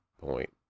point